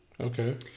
okay